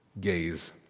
gaze